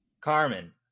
carmen